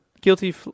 Guilty